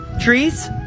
Trees